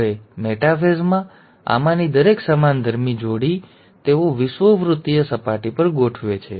હવે મેટાફેઝમાં કે આમાંની દરેક સમાનધર્મી જોડી તેઓ વિષુવવૃત્તીય સપાટી પર ગોઠવે છે